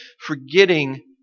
forgetting